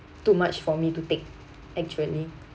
too much for me to take actually